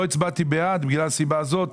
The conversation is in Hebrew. לא הצבעתי בעד בגלל הסיבה הזאת.